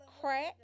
crack